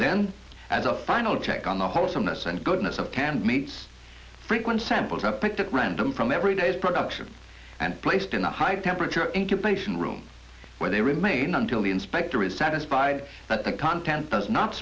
then as a final check on the wholesomeness and goodness of canned meats frequent samples are picked at random from every day's production and placed in a high temperature incompletion room where they remain until the inspector is satisfied that the content does not